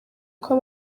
uko